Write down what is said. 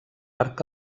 arc